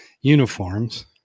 uniforms